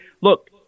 Look